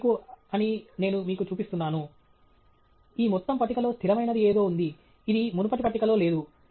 ఇది మీకు అని నేను మీకు చూపిస్తున్నాను ఈ మొత్తం పట్టికలో స్థిరమైనది ఏదో ఉంది ఇది మునుపటి పట్టికలో లేదు